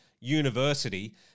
university